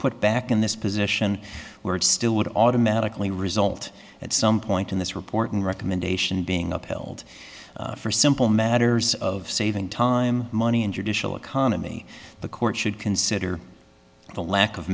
put back in this position where it still would automatically result at some point in this report and recommendation being upheld for simple matters of saving time money and your dish will economy the court should consider the lack of